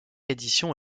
édition